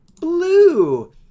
blue